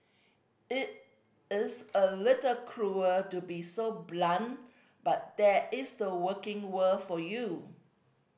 it is a little cruel to be so blunt but that is the working world for you